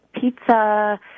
pizza